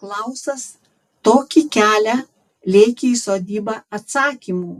klausas tokį kelią lėkė į sodybą atsakymų